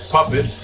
Puppet